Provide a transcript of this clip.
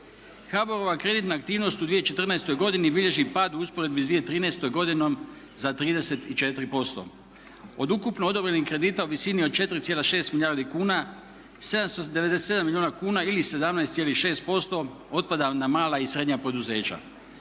HBOR-ova kreditna aktivnost u 2014. godini bilježi pad u usporedbi sa 2013. godinom za 34%. Od ukupno odobrenih kredita u visini od 4,6 milijardi kuna 797 milijuna kuna ili 17,6% otpada na mala i srednja poduzeća.